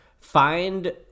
find